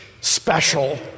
special